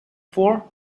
for